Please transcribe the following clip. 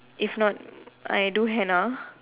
if not I do Henna